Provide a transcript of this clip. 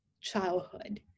childhood